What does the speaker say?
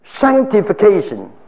sanctification